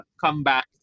comeback